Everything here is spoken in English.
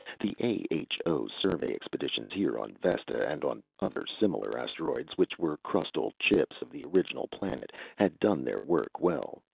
the a h o. survey expeditions, here on vesta and on other similar asteroids which were crustal chips of the original planet, had done their work well,